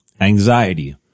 anxiety